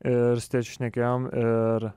ir šnekėjom ir